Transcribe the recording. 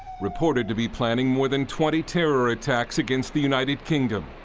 reported to be planning more than twenty terror attacks against the united kingdom.